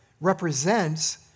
represents